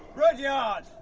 rudyard!